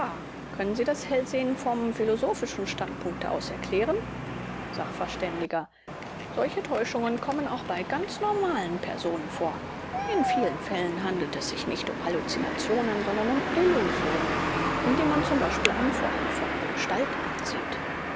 können sie das hellsehen vom philosophischen standpunkte aus erklären sachv solche täuschungen kommen auch bei ganz normalen personen vor in vielen fällen handelt es sich nicht um halluzinationen sondern um illusionen indem man z b einen vorhang für eine gestalt ansieht